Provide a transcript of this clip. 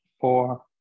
Four